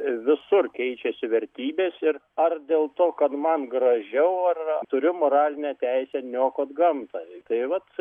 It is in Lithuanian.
visur keičiasi vertybės ir ar dėl to kad man gražiau ar turi moralinę teisę niokot gamtą tai vat